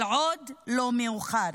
אבל עוד לא מאוחר,